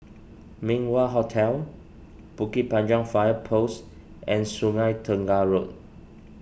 Min Wah Hotel Bukit Panjang Fire Post and Sungei Tengah Road